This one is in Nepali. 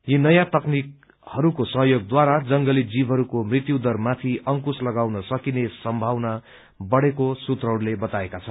यी नयाँ तकनिकहरूको सहयोगद्वारा जंगली जीवहरूको मृत्युदर माथि अंकुश लगाउन सकिने सम्भावना बढ़ेको सूत्रहरूले बताएका छन्